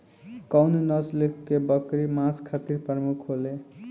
कउन नस्ल के बकरी मांस खातिर प्रमुख होले?